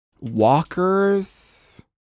walkers